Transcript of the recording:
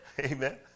Amen